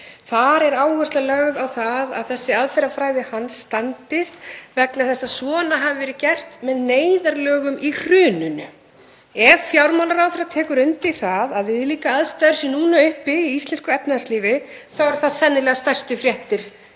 Þar er áhersla lögð á að þessi aðferðafræði hans standist vegna þess að svona hafi verið gert með neyðarlögum í hruninu. Ef fjármálaráðherra tekur undir að viðlíka aðstæður séu núna uppi í íslensku efnahagslífi eru það sennilega stærstu fréttirnar